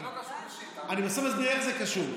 זה לא קשור, אני בסוף אסביר איך זה קשור.